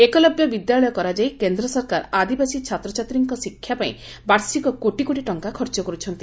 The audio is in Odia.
ଏକଲବ୍ୟ ବିଦ୍ୟାଳୟ କରାଯାଇ କେନ୍ଦ୍ ସରକାର ଆଦିବାସୀ ଛାତ୍ରଛାତ୍ରୀଙ୍କ ଶିକ୍ଷା ପାଇଁ ବାର୍ଷିକ କୋଟିକୋଟି ଟଙ୍କା ଖର୍ଚ କରୁଛନ୍ତି